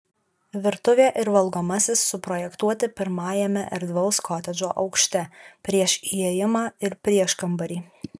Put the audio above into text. virtuvė ir valgomasis suprojektuoti pirmajame erdvaus kotedžo aukšte prieš įėjimą ir prieškambarį